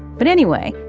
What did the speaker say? but anyway,